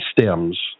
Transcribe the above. stems